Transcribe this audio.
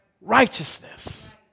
Righteousness